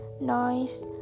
noise